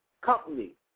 company